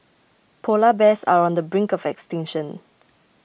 Polar Bears are on the brink of extinction